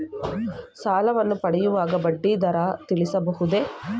ಸಾಲವನ್ನು ಪಡೆಯುವಾಗ ಬಡ್ಡಿಯ ದರ ತಿಳಿಸಬಹುದೇ?